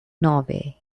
norway